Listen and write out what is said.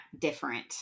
different